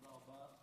תודה רבה.